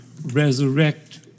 resurrect